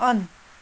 on